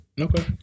Okay